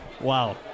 Wow